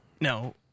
No